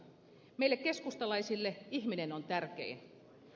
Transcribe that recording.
meille keskustalaisille ihminen on tärkein